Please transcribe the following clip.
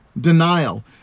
denial